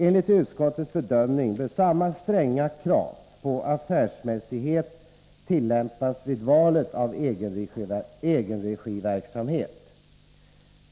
Enligt utskottets bedömning bör samma stränga krav på affärsmässighet tillämpas vid valet av egenregiverksamhet.